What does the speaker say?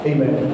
Amen